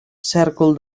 cèrcol